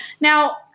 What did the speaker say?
Now